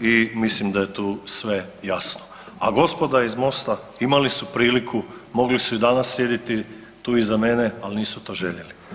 i mislim da je tu sve jasno, a gospoda iz Mosta, imali su priliku, mogli su i danas sjediti tu iza mene, ali nisu to željeli.